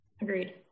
Agreed